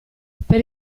per